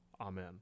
Amen